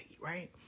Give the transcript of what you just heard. right